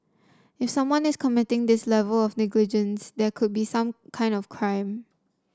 if someone is committing this level of negligence there could be some kind of crime